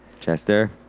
Chester